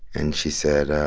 and she said,